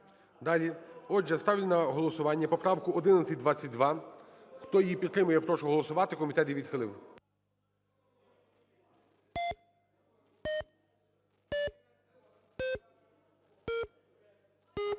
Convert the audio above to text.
Далі. Отже, ставлю на голосування поправку 1122. Хто її підтримує, я прошу голосувати. Комітет її відхилив.